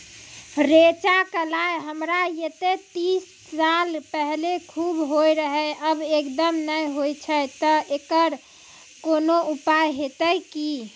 रेचा, कलाय हमरा येते तीस साल पहले खूब होय रहें, अब एकदम नैय होय छैय तऽ एकरऽ कोनो उपाय हेते कि?